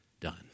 done